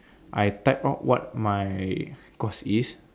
I type out what my course is